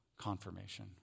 confirmation